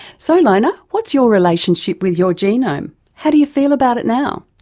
so lone and what's your relationship with your genome, how do you feel about it now?